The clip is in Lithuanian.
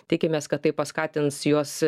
tikimės kad tai paskatins juos